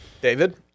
David